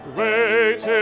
Great